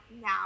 now